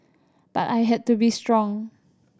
but I had to be strong